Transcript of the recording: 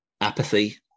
apathy